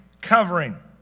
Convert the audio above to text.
covering